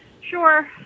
Sure